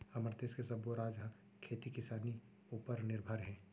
हमर देस के सब्बो राज ह खेती किसानी उपर निरभर हे